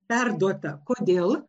perduota kodėl